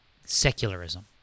secularism